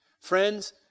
Friends